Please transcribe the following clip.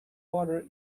water